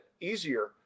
easier